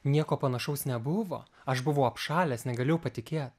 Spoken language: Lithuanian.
nieko panašaus nebuvo aš buvau apšalęs negalėjau patikėt